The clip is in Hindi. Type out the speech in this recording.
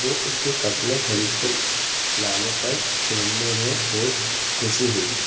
वो उसके कपड़े खरीद के लाने पर पहनने में बहुत खुशी हुई